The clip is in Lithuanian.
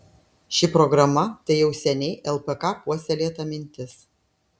ši programa tai jau seniai lpk puoselėta mintis